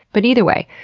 but either way,